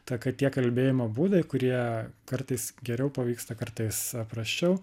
tą kad tie kalbėjimo būdai kurie kartais geriau pavyksta kartais prasčiau